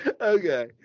okay